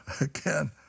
again